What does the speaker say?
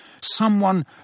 someone